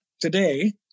today